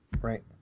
right